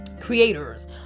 creators